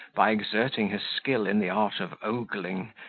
by exerting her skill in the art of ogling,